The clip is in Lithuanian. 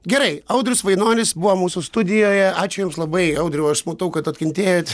gerai audrius vainonis buvo mūsų studijoje ačiū jums labai audriau aš matau kad atkentėjot